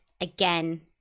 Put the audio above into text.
Again